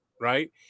right